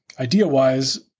Idea-wise